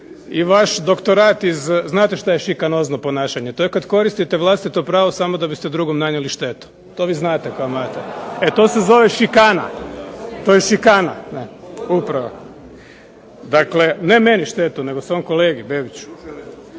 i vaš doktorat iz znate što je šikanozno ponašanje. To je kad koristite vlastito pravo samo da biste drugom nanijeli štetu. To vi znate kao .../Govornik se ne razumije./... E to se zove šikana. To je šikana upravo. Dakle, ne meni štetu nego svom kolegi Bebiću.